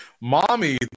Mommy